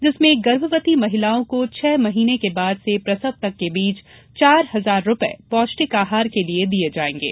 जिसमे गर्भवती महिलाओं को छह महिने के बाद से प्रसव तक के बीच चार हजार रूपये पोष्टिक आहार के लिये दिये जायेंगे